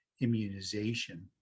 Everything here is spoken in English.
immunization